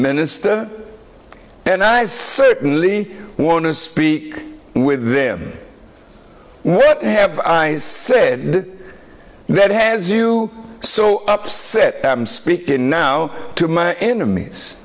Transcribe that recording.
minister and i certainly want to speak with them what have said that has you so upset speaking now to my enemies